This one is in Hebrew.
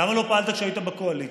למה לא פעלת כשהיית בקואליציה?